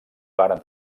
varen